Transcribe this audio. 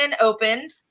opened